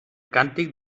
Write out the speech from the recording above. càntic